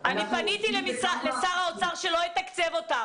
אני פניתי לשר האוצר שלא יתקצב אותן